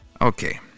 Okay